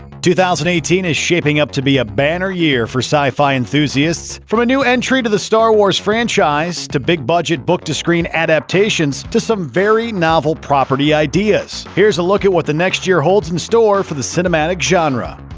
two thousand and eighteen is shaping up to be a banner year for sci-fi enthusiasts. from a new entry to the star wars franchise to big-budget book-to-screen adaptations to some very novel property ideas, here's a look at what the next year holds in store for the cinematic genre.